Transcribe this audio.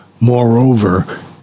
moreover